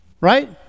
Right